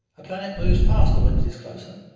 a planet moves faster when it is closer,